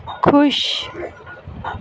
ਖੁਸ਼